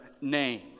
name